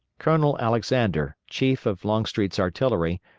colonel alexander, chief of longstreet's artillery,